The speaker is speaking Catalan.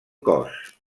cos